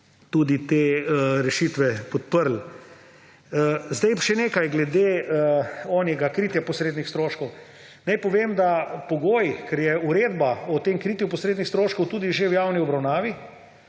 tudi te rešitve podprli. Še nekaj glede kritja posrednih stroškov. Naj povem, da pogoji, ker je uredba o tem kritju posrednih stroškov tudi že v javni obravnavi,